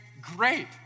great